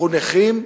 הפכו נכים,